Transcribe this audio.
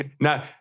Now